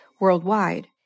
worldwide